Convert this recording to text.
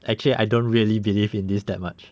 actually I don't really believe in this that much